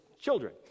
children